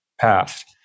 passed